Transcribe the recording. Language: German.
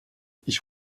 ich